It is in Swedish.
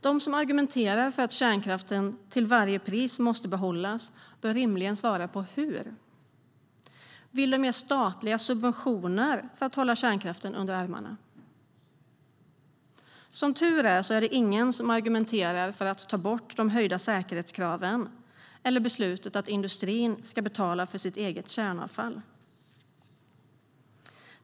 De som argumenterar för att kärnkraften till varje pris måste behållas bör rimligen svara på hur. Vill de ge statliga subventioner för att hålla kärnkraften under armarna? Som tur är argumenterar ingen för att ta bort de höjda säkerhetskraven eller beslutet att industrin ska betala för sitt eget kärnavfall.